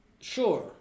Sure